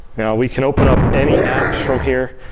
now we can open up any apps from here.